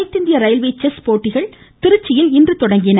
அனைத்திந்திய railway chess போட்டிகள் திருச்சியில் இன்று தொடங்கின